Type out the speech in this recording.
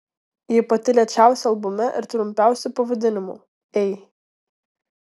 ji pati lėčiausia albume ir trumpiausiu pavadinimu ei